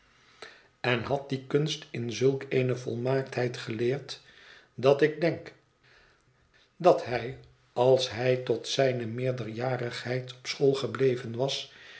en had die kunst in zulk eene volmaaktheid geleerd dat ik donk dat hij als hij tot zijne meerderjarigheid op school gebleven was